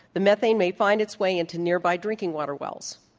the methane may find its way into nearby drinking water wells.